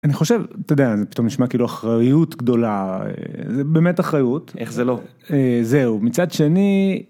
אני חושב אתה יודע זה פתאום נשמע כאילו אחריות גדולה באמת אחריות איך זה לא זהו מצד שני.